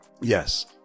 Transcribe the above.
Yes